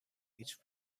each